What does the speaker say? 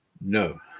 no